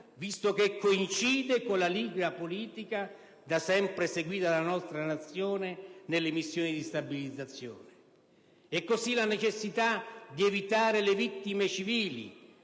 visto che coincide con la linea politica da sempre seguita dalla nostra Nazione nelle missioni di stabilizzazione. E così la necessità di evitare le vittime civili,